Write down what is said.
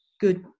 good